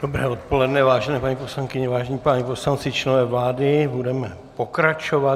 Dobré odpoledne, vážené paní poslankyně, vážení páni poslanci, členové vlády, budeme pokračovat.